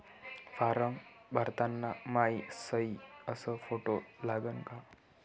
Form भरताना मायी सयी अस फोटो लागन का?